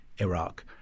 Iraq